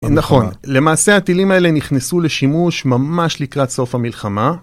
נכון, למעשה הטילים האלה נכנסו לשימוש ממש לקראת סוף המלחמה.